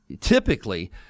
typically